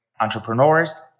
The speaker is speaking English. entrepreneurs